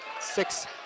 Six